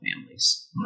families